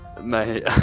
mate